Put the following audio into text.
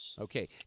Okay